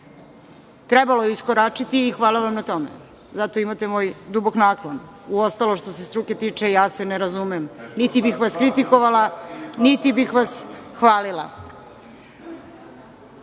Trebalo je iskoračiti i hvala vam na tome. Zato imate moj dubok naklon. Uostalom, što se struke tiče, ja se ne razumem, niti bih vas kritikovala, niti bih vas hvalila. Ja